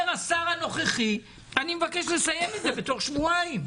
אומר השר הנוכחי שהוא מבקש לסיים את זה בתוך שבועיים.